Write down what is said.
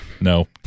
no